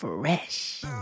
Fresh